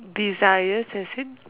desires as in